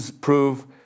prove